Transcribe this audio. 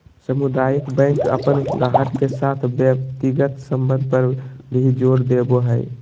सामुदायिक बैंक अपन गाहक के साथ व्यक्तिगत संबंध पर भी जोर देवो हय